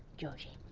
georgie.